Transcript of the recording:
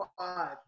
five